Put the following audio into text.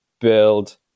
build